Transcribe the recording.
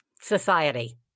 society